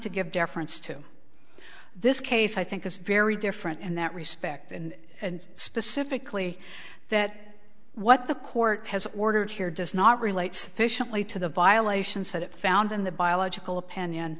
to give deference to this case i think it's very different in that respect and specifically that what the court has ordered here does not relate sufficiently to the violations that it found in the biological opinion